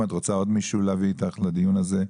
אם את רוצה להביא עוד מישהו להביא איתך לדיון הזה.